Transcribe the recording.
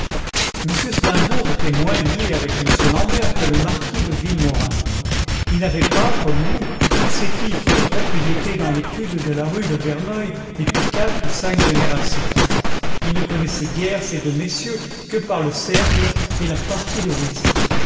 m steimbourg était moins lié avec m l'ambert que le marquis de villemaurin il n'avait pas comme lui tous ses titres de propriété dans l'étude de la rue de verneuil depuis quatre ou cinq générations il ne connaissait guère ces deux messieurs que par le cercle et la partie